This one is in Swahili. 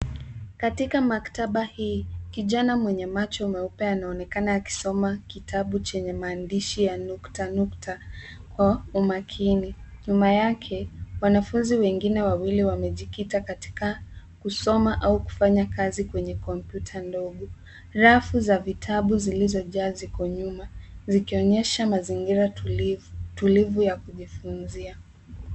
Katika maktaba hii, kijana mwenye macho meupe anaonekana akisoma kitabu chenye maandishi ya nukta nukta kwa umakini. Nyuma yake wanafunzi wengine wawili wamejikita katika kusoma au kufanya kazi kwenye kompyuta ndogo. Rafu za vitabu zilizojaa ziko nyuma, zikionyesha mazingira tulivu ya kujifunzia.